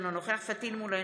אינו נוכח פטין מולא,